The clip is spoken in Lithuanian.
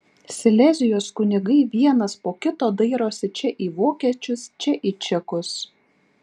silezijos kunigai vienas po kito dairosi čia į vokiečius čia į čekus